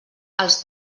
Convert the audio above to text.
els